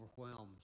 overwhelmed